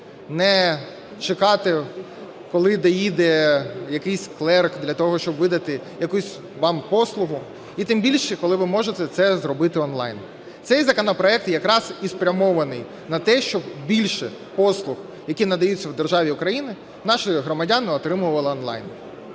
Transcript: не чекати, коли доїде якийсь клерк для того, щоб видати якусь вам послугу. І тим більше, коли ви можете це зробити онлайн. Цей законопроект якраз і спрямований на те, щоб більше послуг, які надаються в державі Україна, наші громадяни отримували онлайн.